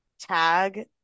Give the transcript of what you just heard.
tag